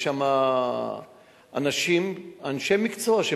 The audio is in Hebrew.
יש שם אנשים, אנשי מקצוע.